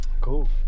Cool